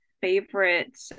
favorite